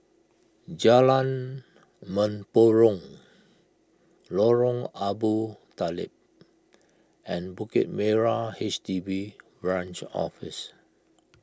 Jalan Mempurong Lorong Abu Talib and Bukit Merah H D B Branch Office